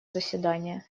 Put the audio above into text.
заседания